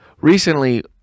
recently